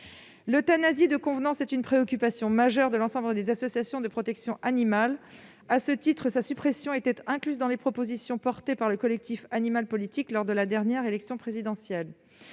L'euthanasie de convenance est une préoccupation majeure de l'ensemble des associations de protection animale. À cet égard, sa suppression était incluse dans les propositions portées par le collectif AnimalPolitique lors de la dernière élection présidentielle.